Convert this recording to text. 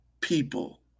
people